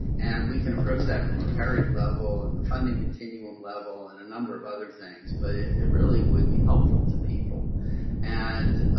and we can approach that from a parity level and a funding continuum level and a number of other things. but it really would be helpful to people and